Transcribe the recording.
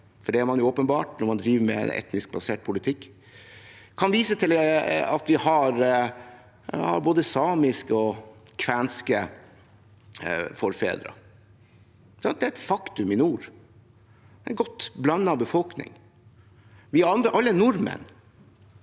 for det er man åpenbart når man driver med etnisk basert politikk – fra både samiske og kvenske forfedre. Det er et faktum i nord: en godt blandet befolkning. Vi er alle nordmenn,